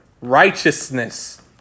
righteousness